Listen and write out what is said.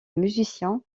musiciens